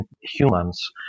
humans